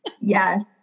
Yes